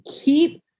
keep